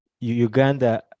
Uganda